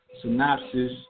synopsis